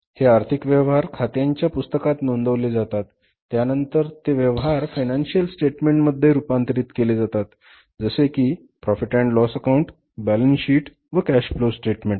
हे आर्थिक व्यवहार खात्यांच्या पुस्तकात नोंदवले जातात त्यानंतर ते व्यवहार फायनान्शियल स्टेटमेंट मध्ये रुपांतरीत केले जातात जसे कि profit and loss account balance sheet व कॅश फ्लो स्टेटमेंट